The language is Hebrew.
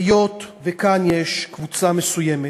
היות שיש כאן קבוצה מסוימת,